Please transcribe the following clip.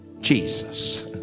Jesus